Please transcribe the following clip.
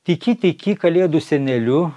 tiki tiki kalėdų seneliu